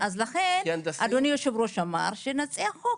לכן אדוני היושב-ראש אמר שנציע חוק.